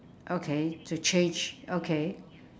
okay to change okay